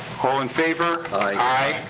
all in favor? aye.